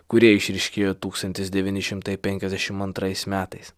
kurie išryškėjo tūkstantis devyni šimtai penkiasdešimt antrais metais